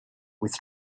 with